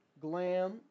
glam